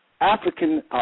African